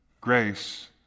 Grace